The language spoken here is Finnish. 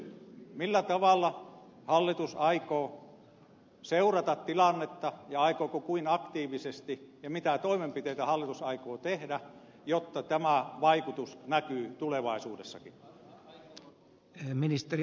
millä tavalla hallitus aikoo seurata tilannetta ja kuinka aktiivisesti ja mitä toimenpiteitä hallitus aikoo tehdä jotta tämä vaikutus näkyy tulevaisuudessakin